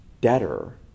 debtor